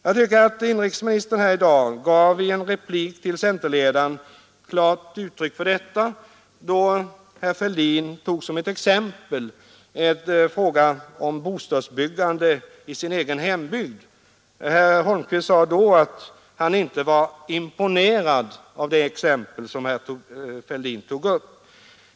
Jag tycker att inrikesministern här i dag i en replik till centerledaren gav klart uttryck för detta då herr Fälldin såsom ett exempel tagit frågan om bostadsbyggandet i sin egen hembygd. Herr Holmqvist sade då att han inte var imponerad av det exempel som herr Fälldin tog.